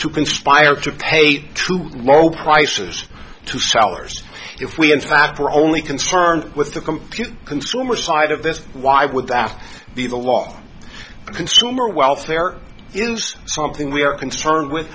to conspire to pay true low prices to sellers if we in fact are only concerned with the computer consumer side of this why would that be the law consumer welfare is something we are concerned with